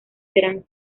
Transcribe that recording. serán